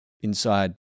inside